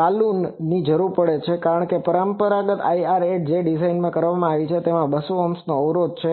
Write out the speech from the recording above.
બાલુનની જરૂર પડે છે કારણ કે પરંપરાગત IRAમાં જે ડિઝાઇન કરવામાં આવી હતી જેમાં 200Ω ઓહ્મનો અવરોધ છે